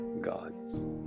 gods